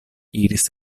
iris